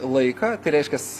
laiką tai reiškias